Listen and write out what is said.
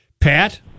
Pat